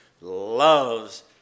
loves